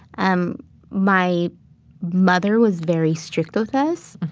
um my mother was very strict with us.